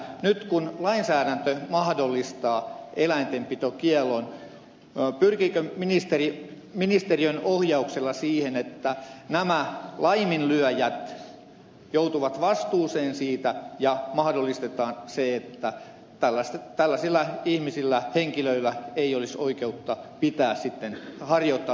nyt kun lainsäädäntö mahdollistaa eläintenpitokiellon pyrkiikö ministeri ministeriön ohjauksella siihen että nämä laiminlyöjät joutuvat vastuuseen siitä ja mahdollistetaan se että tällaisilla henkilöillä ei olisi oikeutta harjoittaa turkistarhausta